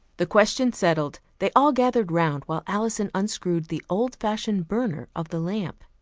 the question settled, they all gathered round while alison unscrewed the old-fashioned burner of the lamp.